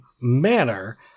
manner